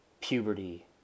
Puberty